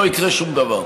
לא יקרה שום דבר.